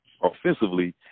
offensively